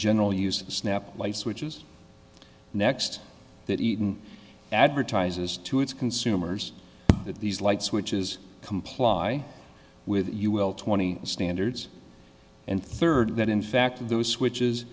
general uses snap light switches next that even advertises to its consumers that these light switches comply with you will twenty standards and third that in fact those switches